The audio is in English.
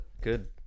Good